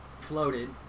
floated